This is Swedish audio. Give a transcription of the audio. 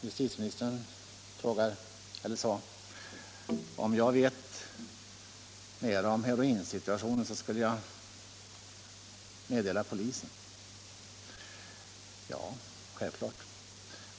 Justitieministern sade att om jag visste mera om heroinsituationen, skulle jag meddela polisen. Ja, självfallet!